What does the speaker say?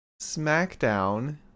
Smackdown